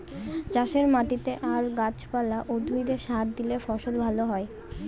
চাষের মাটিতে আর গাছ পালা, উদ্ভিদে সার দিলে ফসল ভালো হয়